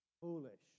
Foolish